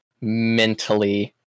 mentally